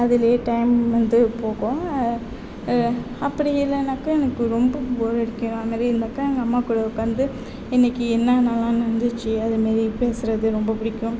அதிலே டைம் வந்து போகும் அதில் அப்படி இல்லைனாக்கா எனக்கு ரொம்ப போரடிக்கும் அந்த மாதிரி இருந்தாக்கால் எங்கள் அம்மா கூட உக்காந்து இன்னிக்கு என்னென்னலாம் நடந்துச்சு அது மாரி பேசுவது ரொம்ப பிடிக்கும்